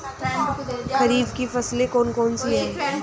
खरीफ की फसलें कौन कौन सी हैं?